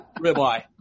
ribeye